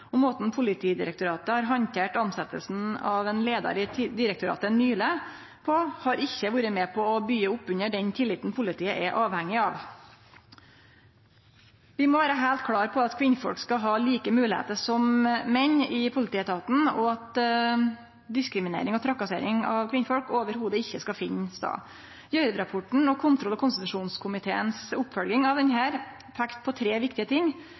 publikum. Måten Politidirektoratet nyleg har handtert tilsettinga av ein leiar i direktoratet på, har ikkje vore med på å byggje opp under den tilliten politiet er avhengig av. Vi må vere heilt klare på at kvinnfolk skal ha like moglegheiter som menn i politietaten, og at diskriminering og trakassering av kvinnfolk i det heile ikkje skal finne stad. Gjørv-rapporten og kontroll- og konstitusjonskomiteens oppfølging av denne peikte på tre viktige ting: